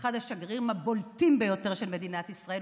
אחד השגרירים הבולטים ביותר של מדינת ישראל,